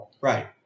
right